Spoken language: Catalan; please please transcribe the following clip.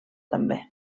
també